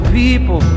people